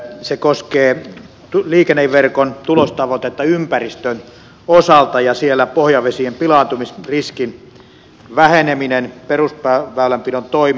se koskee liikenneverkon tulostavoitetta ympäristön osalta ja siellä pohjavesien pilaantumisriskin vähenemistä perusväylänpidon toimin